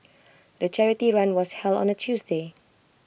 the charity run was held on A Tuesday